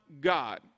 God